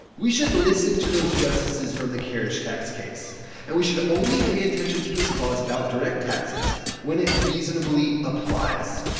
we should listen to those justices from the carriage tax case and we should only pay attention to this clause about direct taxes when it reasonably applies.